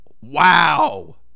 wow